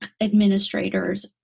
administrators